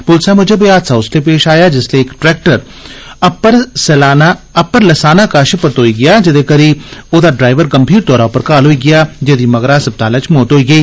पुलसै मूजंब एह हादसा उसलै पेश आया जिसलै इक ट्रेक्टर उप्पर लसाना कश परतोई गेआ जेहदे करी ओहदा डरैवर गंभीर तौरा पर घायल होई गेआ जेहदी मगरा अस्पताल च मौत होई गेई